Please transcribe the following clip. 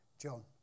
John